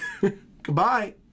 Goodbye